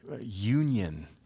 union